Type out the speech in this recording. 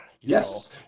Yes